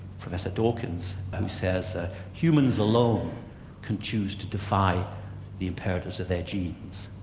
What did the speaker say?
professor dawkins who says ah humans alone can choose to defy the imperatives of their genes.